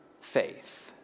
faith